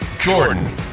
Jordan